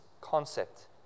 concept